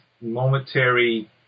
momentary